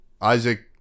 Isaac